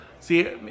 See